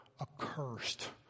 accursed